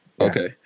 okay